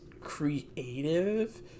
creative